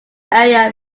area